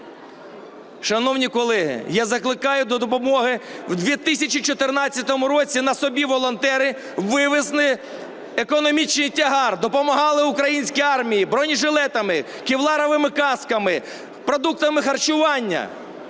Шановні колеги, я закликаю до допомоги. В 2014 році на собі волонтери вивезли економічний тягар, допомагали українській армії бронежилетами, кевларовими касками, продуктами харчування.